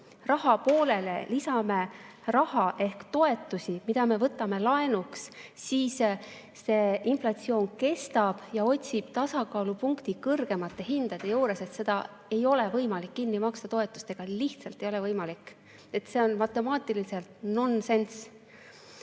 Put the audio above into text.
raha poolele lisame raha ehk toetusi, milleks me võtame laenu, siis see inflatsioon kestab ja otsib tasakaalupunkti kõrgemate hindade juures. Seda ei ole võimalik kinni maksta toetustega – lihtsalt ei ole võimalik! See on matemaatiliselt nonsenss.